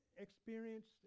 experienced